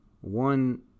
One